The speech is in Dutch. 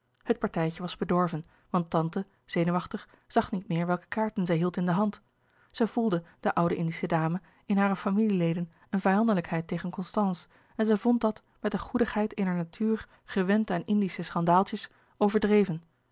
het partijtje was bedorven want tante zenuwachtig zag niet meer welke kaarten zij hield in de hand zij voelde de oude indische dame in hare familieleden een vijandelijkheid tegen constance en zij vond dat met de goedigheid eener natuur gewend aan indische schandaaltjes overdreven